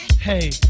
Hey